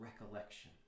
recollection